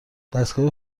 دستگاه